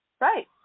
Right